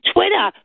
Twitter